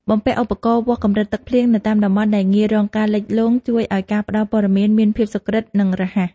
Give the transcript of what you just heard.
បំពាក់ឧបករណ៍វាស់កម្រិតទឹកភ្លៀងនៅតាមតំបន់ដែលងាយរងការលិចលង់ជួយឱ្យការផ្តល់ព័ត៌មានមានភាពសុក្រឹតនិងរហ័ស។